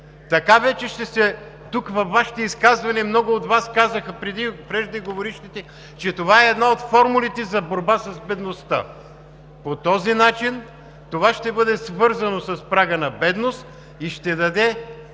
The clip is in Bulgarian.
година. Тук, във Вашите изказвания, много от Вас казаха – преждеговорившите, че това е една от формулите за борба с бедността. По този начин това ще бъде свързано с прага на бедност и ще даде